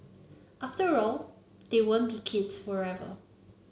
after all they won't be kids forever